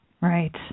Right